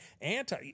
anti